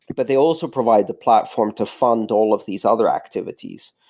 but they also provide the platform to fund all of these other activities.